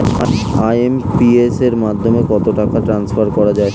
IMPS এর মাধ্যমে কত টাকা ট্রান্সফার করা যায়?